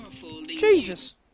Jesus